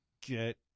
get